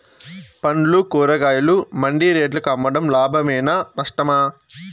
పండ్లు కూరగాయలు మండి రేట్లకు అమ్మడం లాభమేనా నష్టమా?